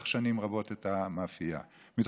שנים רבות הוא סגר את המאפייה ביפו בפסח,